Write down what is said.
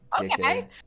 Okay